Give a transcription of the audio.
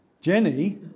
Jenny